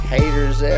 Haters